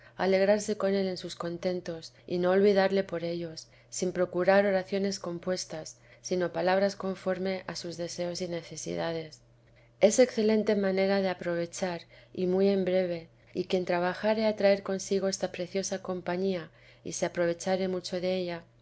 alegrarse con él en sus contentos y no olvidarle por ellos sin procurar oraciones compuestas sino palabras conforme a sus deseos y necesidades es excelente manera de aprovechar y muy en breve y quien trabajare a traer consigo esta preciosa compañía y se aprovechare mucho de ella